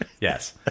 Yes